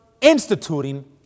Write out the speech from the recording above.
instituting